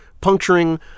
Puncturing